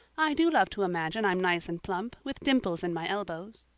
i do love to imagine i'm nice and plump, with dimples in my elbows.